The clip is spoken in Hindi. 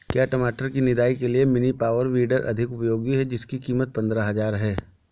क्या टमाटर की निदाई के लिए मिनी पावर वीडर अधिक उपयोगी है जिसकी कीमत पंद्रह हजार है?